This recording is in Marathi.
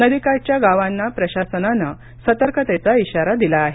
नदीकाठच्या गावांना प्रशासनाने सतर्कतेचा इशारा दिला आहे